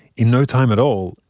in no time at all,